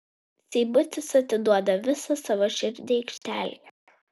seibutis atiduoda visą savo širdį aikštelėje